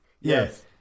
Yes